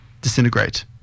disintegrate